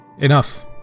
enough